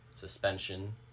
suspension